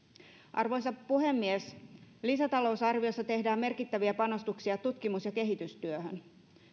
arvoisa puhemies lisätalousarviossa tehdään merkittäviä panostuksia tutkimus ja kehitystyöhön